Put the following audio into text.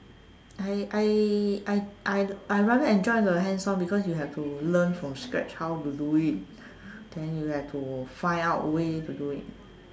I I I I I rather enjoy the hands on because you have to learn from scratch how to do it then you have to find out ways to do